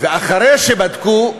ואחרי שבדקו,